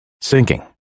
Sinking